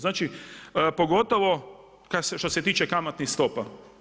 Znači, pogotovo što se tiče kamatnih stopa.